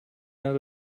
out